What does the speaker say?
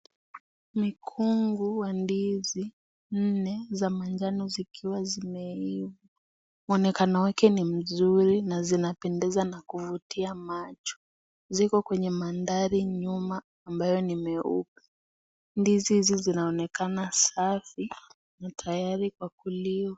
Mikungu wa ndizi nne za manjano zikiwa zimeiva, mwonekano wake ni mzuri na zinapendeza na kuvutia macho . Ziko kwenye mandhari nyuma ambayo ni meupe , ndizi hizi zinaonekana safi na tayari kwa kuliwa.